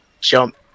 jump